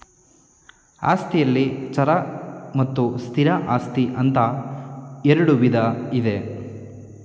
ಆಸ್ತಿಯಲ್ಲಿ ಚರ ಮತ್ತು ಸ್ಥಿರ ಆಸ್ತಿ ಅಂತ ಇರುಡು ವಿಧ ಇದೆ